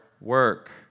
work